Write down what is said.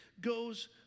goes